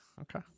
okay